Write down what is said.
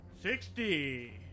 Sixty